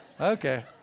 Okay